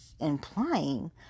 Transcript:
implying